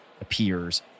appears